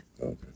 okay